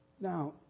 Now